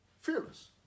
Fearless